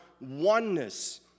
oneness